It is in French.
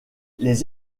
les